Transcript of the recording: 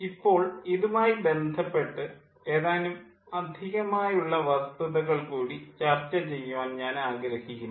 ഇപ്പോൾ ഇതുമായി ബന്ധപ്പെട്ട് ഏതാനും അധികമായിട്ടുള്ള വസ്തുതകൾ കൂടി ചർച്ച ചെയ്യുവാൻ ഞാൻ ആഗ്രഹിക്കുന്നു